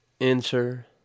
Enter